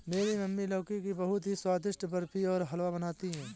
मेरी मम्मी लौकी की बहुत ही स्वादिष्ट बर्फी और हलवा बनाती है